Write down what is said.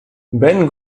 ben